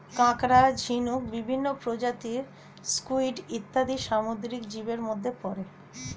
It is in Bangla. কাঁকড়া, ঝিনুক, বিভিন্ন প্রজাতির স্কুইড ইত্যাদি সামুদ্রিক জীবের মধ্যে পড়ে